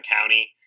County